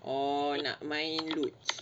or nak main luge